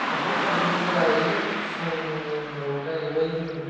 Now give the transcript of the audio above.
खान्थाल थाइजौ जायो फुङाव जाहैबाय जों